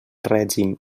règim